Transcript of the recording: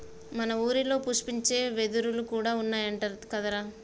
మన ఊరిలో పుష్పించే వెదురులు కూడా ఉన్నాయంట కదరా